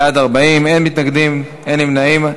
בעד, 40, אין מתנגדים, אין נמנעים.